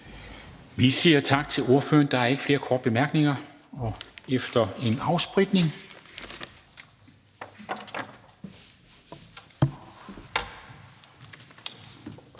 Vi siger tak til ordføreren. Der er ikke flere korte bemærkninger. Så skal vi have en afspritning